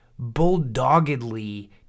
bulldoggedly